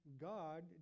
God